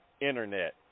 Internet